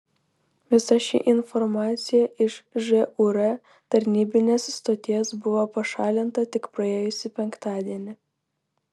visa ši informacija iš žūr tarnybinės stoties buvo pašalinta tik praėjusį penktadienį